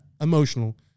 emotional